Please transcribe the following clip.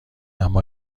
اما